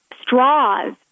straws